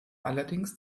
allerdings